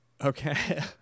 okay